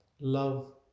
love